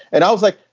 and i was like,